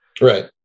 right